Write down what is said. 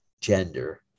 gender